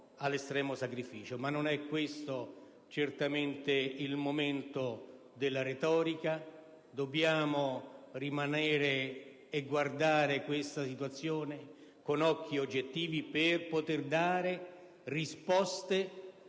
all'estremo sacrificio. Non è questo certamente il momento della retorica, ma dobbiamo rimanere e guardare a questa situazione da un punto di vista oggettivo per poter dare risposte